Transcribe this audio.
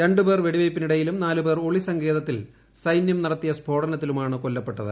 രണ്ടു പേർ വെടിവെയ്പ്പിനിടയിലും നാല് പേർ ഒളി സങ്കേതത്തിൽ സൈനൃം നടത്തിയ സ്ഫോടനത്തിലുമാണ് കൊല്ലപ്പെട്ടത്